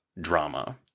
drama